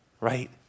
Right